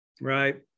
Right